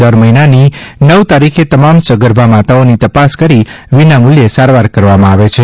દર મહિનાની નવ તારીખે તમામ સગર્ભા માતાઓની તપાસ કરી વિનામૂલ્યે સારવાર કરવામાં આવે છે